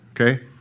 okay